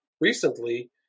recently